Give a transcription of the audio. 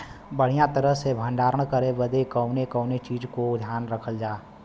बढ़ियां तरह से भण्डारण करे बदे कवने कवने चीज़ को ध्यान रखल जा?